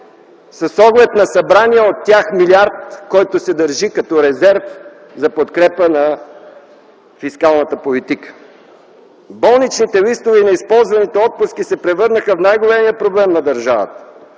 с оглед на събрания от тях милиард, който се държи като резерв за подкрепа на фискалната политика. Болничните листове и неизползваните отпуски се превърнаха в най-големият проблем на държавата,